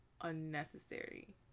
unnecessary